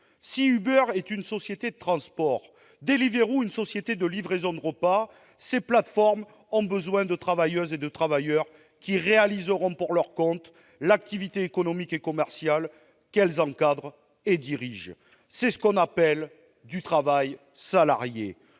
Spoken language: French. Si Uber est une société de transport, Deliveroo une société de livraison de repas, ces plateformes ont besoin de travailleuses et de travailleurs qui réaliseront pour leur compte l'activité économique et commerciale qu'elles encadrent et dirigent. C'est ce qu'on appelle du travail salarié.